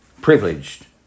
privileged